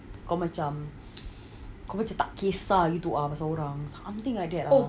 kau macam tak kisah gitu pasal orang something like that ah